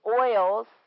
oils